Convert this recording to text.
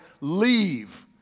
leave